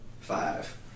Five